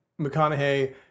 McConaughey